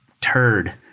turd